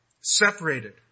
separated